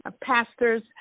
pastors